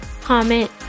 comment